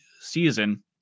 season